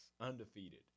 undefeated